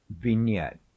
vignette